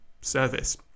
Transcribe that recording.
service